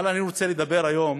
אבל אני רוצה לדבר היום